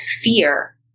fear